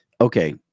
okay